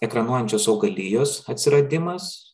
ekranuojančios augalijos atsiradimas